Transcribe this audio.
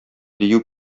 дию